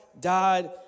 died